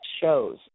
shows